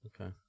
Okay